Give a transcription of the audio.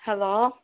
hello